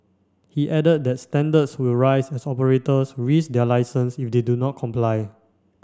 he added that standards will rise as operators risk their licence if they do not comply